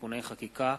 (תיקוני חקיקה)